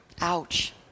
Ouch